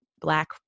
black